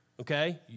okay